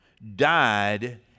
died